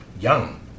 young